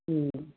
ਹੂੰ